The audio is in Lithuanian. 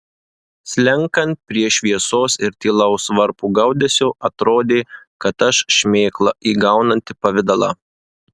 slenkant prie šviesos ir tylaus varpo gaudesio atrodė kad aš šmėkla įgaunanti pavidalą